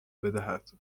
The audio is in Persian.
بدهد